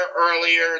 earlier